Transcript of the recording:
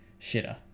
shitter